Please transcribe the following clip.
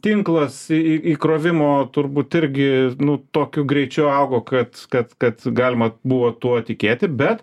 tinklas į į įkrovimo turbūt irgi nu tokiu greičiu augo kad kad kad galima buvo tuo tikėti bet